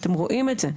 אתם רואים את זה,